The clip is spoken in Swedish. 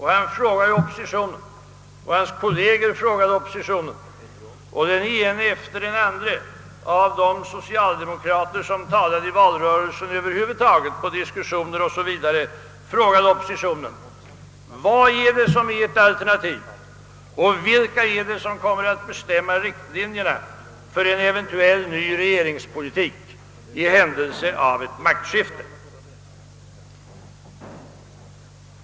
Han frågade oppositionen, hans kolleger frågade oppositionen och den ene efter den andre av de socialdemokrater som talade i valrörelsen över huvud taget frågade oppositionen: Vad är ert alternativ, och vilka kommer att bestämma riktlinjerna för en eventuell ny regeringspolitik i händelse av ett maktskifte?